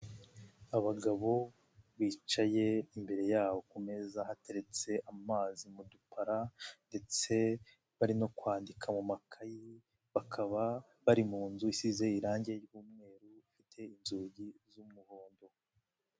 Abagabo bicaye, imbere yabo ku meza hateretse amazi mu dupara, ndetse bari no kwandika mu makaye, bakaba bari mu nzu isize irangi ry'umweru ifite n'inzugi z'umuhondo.